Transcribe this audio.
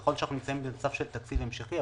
נכון שאנחנו נמצאים במצב של תקציב המשכי,